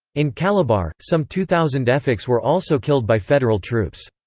in calabar, some two thousand efiks were also killed by federal troops.